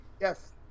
Yes